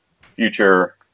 future –